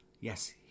yes